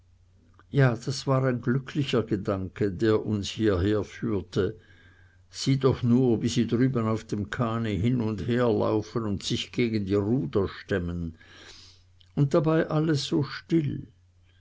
ja das war ein glücklicher gedanke der uns hierher führte sieh doch nur wie sie drüben auf dem kahne hin und her laufen und sich gegen die ruder stemmen und dabei alles so still